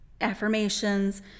affirmations